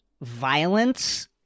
violence